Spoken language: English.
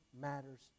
matters